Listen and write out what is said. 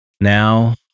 Now